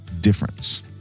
difference